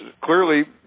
clearly